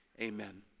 Amen